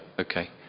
Okay